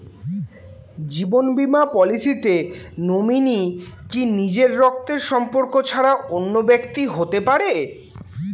জীবন বীমা পলিসিতে নমিনি কি নিজের রক্তের সম্পর্ক ছাড়া অন্য ব্যক্তি হতে পারে?